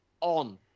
on